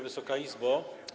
Wysoka Izbo!